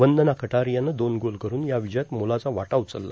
वंदना कर्टारयानं दोन गोल करून या र्वजयात मोलाचा वाटा उचलला